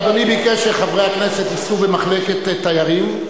אדוני ביקש שחברי הכנסת ייסעו במחלקת תיירים,